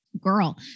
girl